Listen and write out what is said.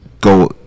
go